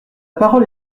parole